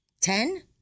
ten